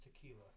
tequila